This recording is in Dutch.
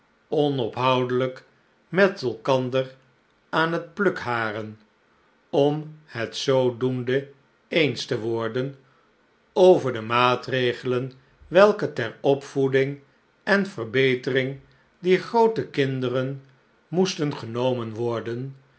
onophoudelijk met elkander aan het plukharen om het zoodoende eens te worden over de maatregelen welke ter opvoeding en verbetering dier groote kinderen moesten genomen worden